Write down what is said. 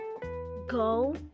go